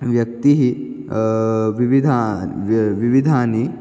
व्यक्तेः विविधा व विविधानि